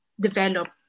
develop